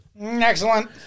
Excellent